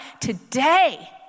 today